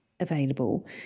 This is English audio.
available